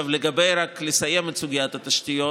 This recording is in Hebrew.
רק לסיים את סוגיית התשתיות.